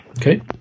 okay